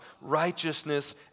righteousness